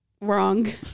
Wrong